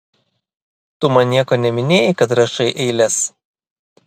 tu man nieko neminėjai kad rašai eiles